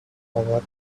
over